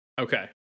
Okay